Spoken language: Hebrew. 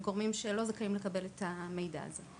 בקרב גורמים שלא זכאים לקבל את המידע הזה.